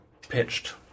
pitched